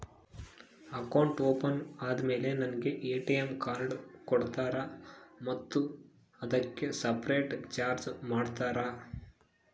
Account open ಆದಮೇಲೆ ನನಗೆ ATM card ಕೊಡ್ತೇರಾ ಮತ್ತು ಅದಕ್ಕೆ ಸಪರೇಟ್ ಚಾರ್ಜ್ ಮಾಡ್ತೇರಾ?